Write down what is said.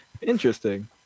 Interesting